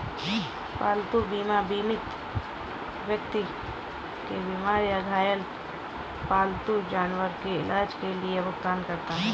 पालतू बीमा बीमित व्यक्ति के बीमार या घायल पालतू जानवर के इलाज के लिए भुगतान करता है